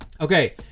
Okay